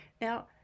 Now